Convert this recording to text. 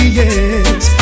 yes